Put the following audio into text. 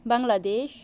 Bangladesh